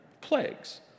plagues